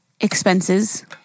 expenses